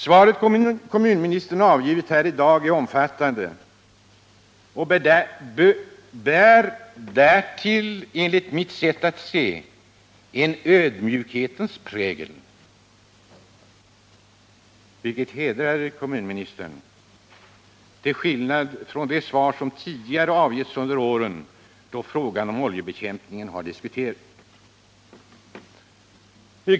Svaret som kommunministern har avgivit här i dag är omfattande och bär därtill — enligt mitt sätt att se — en ödmjukhetens prägel, vilket hedrar kommunministern, till skillnad från de svar som tidigare avgetts under åren då frågan om oljebekämpningen har diskuterats.